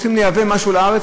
רוצים לייבא משהו לארץ.